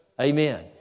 Amen